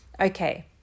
Okay